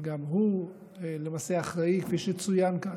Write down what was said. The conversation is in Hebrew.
והוא למעשה גם אחראי, כפי שצוין כאן,